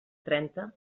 trenta